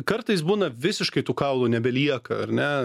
kartais būna visiškai tų kaulų nebelieka ar ne